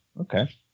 Okay